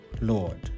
Lord